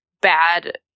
bad